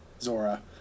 Zora